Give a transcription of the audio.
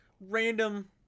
random